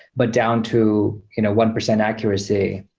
but down to you know one percent accuracy,